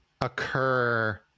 occur